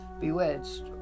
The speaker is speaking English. *Bewitched*